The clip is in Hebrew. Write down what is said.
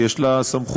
יש לה סמכויות.